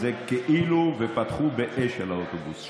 וזה כאילו שפתחו באש על האוטובוס.